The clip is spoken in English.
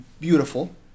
beautiful